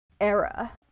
era